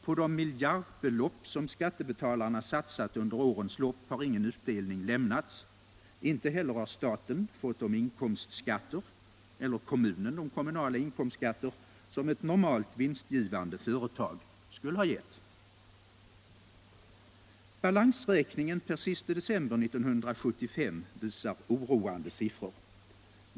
På miljardbelopp som skattebetalarna har satsat under årens lopp har ingen utdelning lämnats. Inte heller har staten fått de inkomstskatter eller kommunen de kommunala inkomstskatter som ett normalt vinstgivande företag skulle ha givit. Balansräkningen per 31 december 1975 visar oroande siffror.